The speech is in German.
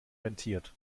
rentiert